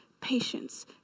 patience